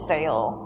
Sale